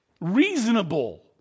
reasonable